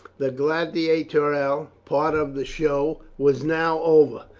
the gladiatorial part of the show was now over,